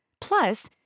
Plus